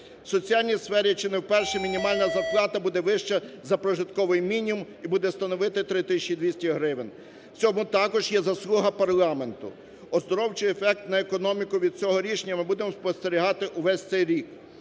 Соціальні сфери, чи не вперше мінімальна зарплата буде вища за прожитковий мінімум і буде становити 3 тисячі 200 гривень. В цьому також є заслуга парламенту. Оздоровчий ефект на економіку від цього рішення ми будемо спостерігати увесь цей рік.